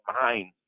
mind